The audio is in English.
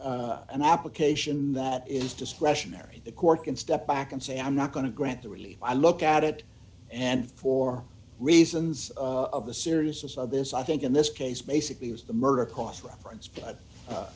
is an application that is discretionary the court can step back and say i'm not going to grant the relief i look at it and for reasons of the seriousness of this i think in this case basically was the murder cost reference